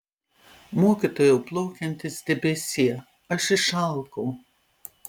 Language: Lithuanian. mokytojau plaukiantis debesie aš išalkau